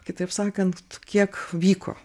kitaip sakant kiek vyko